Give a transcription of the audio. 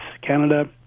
Canada